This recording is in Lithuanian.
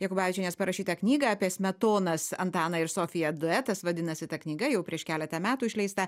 jokubavičienės parašytą knygą apie smetonas antaną ir sofiją duetas vadinasi ta knyga jau prieš keletą metų išleista